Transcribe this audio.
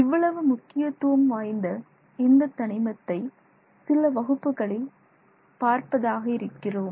இவ்வளவு முக்கியத்துவம் வாய்ந்த இந்த தனிமத்தை சில வகுப்புகளில் பார்ப்பதற்காக இருக்கிறோம்